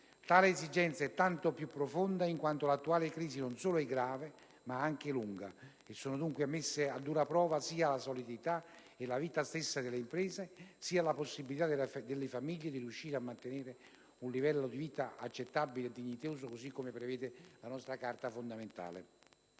Tale esigenza è tanto più profonda in quanto l'attuale crisi non solo è grave, ma è anche lunga, e sono, dunque, messe a dura prova sia la solidità e la vita stessa delle imprese sia la possibilità delle famiglie di riuscire a mantenere un livello di vita accettabile e dignitoso, così come prevede la nostra Carta fondamentale.